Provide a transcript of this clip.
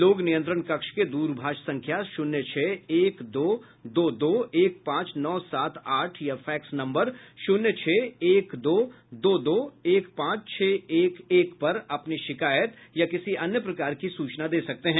लोग नियंत्रण कक्ष के दूरभाष संख्या शून्य छह एक दो दो दो एक पांच नौ सात आठ या फैक्स नम्बर शून्य छह एक दो दो दो एक पांच छह एक एक पर अपनी शिकायत या किसी अन्य प्रकार की सूचना दे सकते हैं